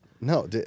No